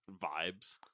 Vibes